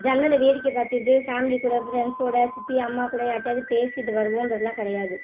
ஜன்னலை வேடிக்கை பார்த்துட்டு ஃபேமிலி கூட ஃப்ரெண்ட்ஸோட சித்தி அம்மா கூட யார்கிட்டையாது பேசிட்டு வருவோன்றதுலாம் கிடையாது